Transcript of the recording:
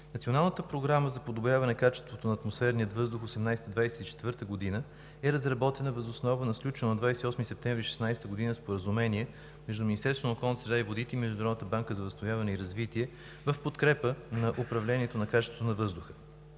Националната програма за подобряване качеството на атмосферния въздух 2018 – 2024 г. е разработена въз основа на сключено на 28 септември 2016 г. споразумение между Министерството на околната среда и водите и Международната банка за възстановяване и развитие в подкрепа на управлението на качеството на въздуха.